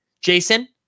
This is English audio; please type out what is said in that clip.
Jason